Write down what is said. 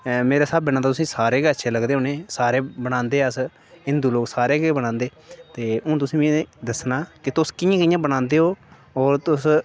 ऐं मेरे स्हाबें कन्नै तुसें गी सारे गै अच्छे लगदे होने सारे बनांदे अस हिन्दु लोग सारे गै बनांदे ते हून तुसें मिगी दस्सना के तुस कि'यां कि'यां बनांदे ओह् होर तुस